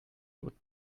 would